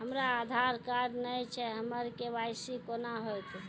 हमरा आधार कार्ड नई छै हमर के.वाई.सी कोना हैत?